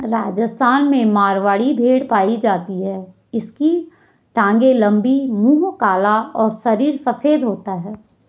राजस्थान में मारवाड़ी भेड़ पाई जाती है इसकी टांगे लंबी, मुंह काला और शरीर सफेद होता है